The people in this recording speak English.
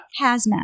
hazmat